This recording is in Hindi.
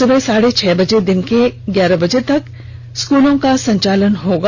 सुबह साढ़े छह बजे दिन के साढ़े ग्यारह बजे तक स्कूलों का संचालन होगा